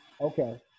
okay